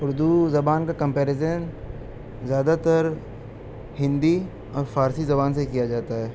اردو زبان کا کمپیریزن زیادہ تر ہندی اور فارسی زبان سے کیا جاتا ہے